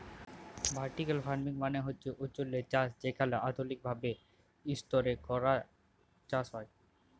vertical farming মালে হছে উঁচুল্লে চাষ যেখালে আধুলিক ভাবে ইসতরে চাষ হ্যয়